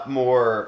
more